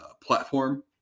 platform